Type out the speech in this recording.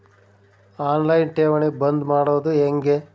On line ಠೇವಣಿ ಬಂದ್ ಮಾಡೋದು ಹೆಂಗೆ?